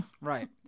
Right